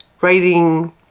Writing